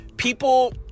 People